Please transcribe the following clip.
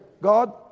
God